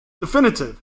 definitive